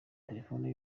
telefoni